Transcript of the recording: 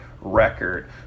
record